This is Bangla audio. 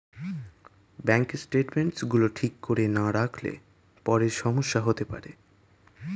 ব্যাঙ্কের স্টেটমেন্টস গুলো ঠিক করে না রাখলে পরে সমস্যা হতে পারে